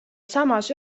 samas